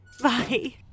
Bye